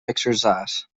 exercise